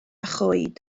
choed